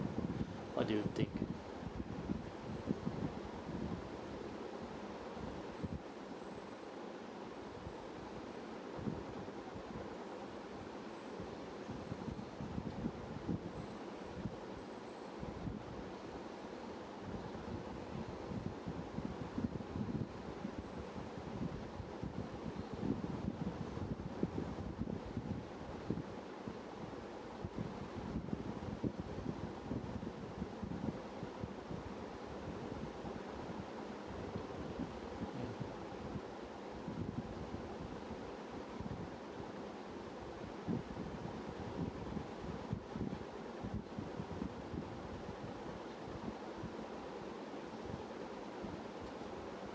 what do you think